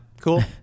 Cool